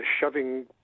shoving